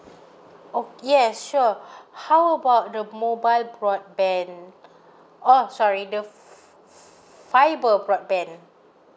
oh yes sure how about the mobile broadband oh sorry the fibre broadband